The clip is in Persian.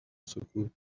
سکوت